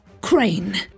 Crane